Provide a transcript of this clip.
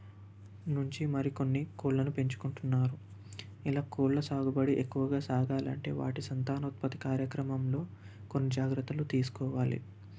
నుంచి మరికొన్ని కోళ్లను పెంచుకుంటున్నారు ఇలా కోళ్ల సాగుబడి ఎక్కువగా సాగాలంటే వాటి సంతానోత్పతి కార్యక్రమంలో కొన్ని జాగ్రత్తలు తీసుకోవాలి